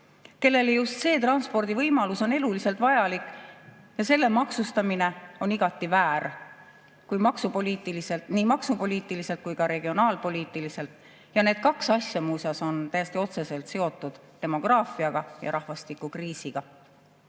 kellele just see transpordivõimalus on eluliselt vajalik. Selle maksustamine on igati väär nii maksupoliitiliselt kui ka regionaalpoliitiliselt. Need kaks asja on muuseas täiesti otseselt seotud demograafia ja rahvastikukriisiga.